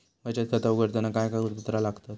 बचत खाता उघडताना काय कागदपत्रा लागतत?